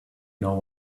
know